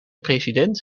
president